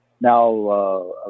now